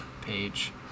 page